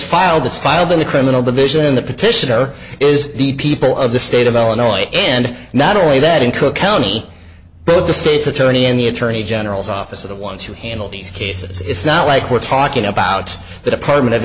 filed this filed in the criminal division in the petitioner is the people of the state of illinois and not only that in cook county but the state's attorney in the attorney general's office of the ones who handle these cases it's not like we're talking about the department of